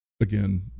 again